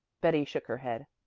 betty shook her head.